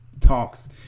talks